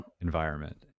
environment